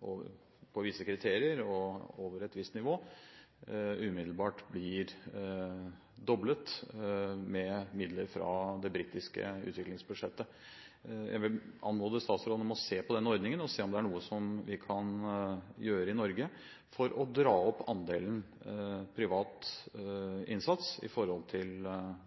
på visse kriterier, og over et visst nivå, umiddelbart blir doblet med midler fra det britiske utviklingsbudsjettet. Jeg vil anmode statsråden om å se på den ordningen og se om det er noe som vi kan gjøre i Norge for å dra opp andelen privat innsats når det gjelder utvikling. Jeg skal se på den ordningen som de har i